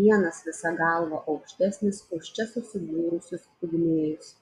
vienas visa galva aukštesnis už čia susibūrusius pigmėjus